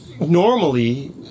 normally